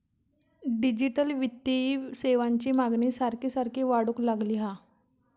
digital वित्तीय सेवांची मागणी सारखी सारखी वाढूक लागली हा